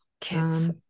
kids